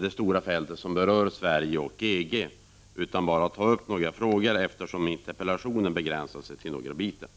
det stora fältet av frågor om Sverige och EG, utan skall eftersom interpellationen endast berör en del av frågorna begränsa mig till några av dessa.